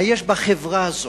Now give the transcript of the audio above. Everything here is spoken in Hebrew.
מה יש בחברה הזאת,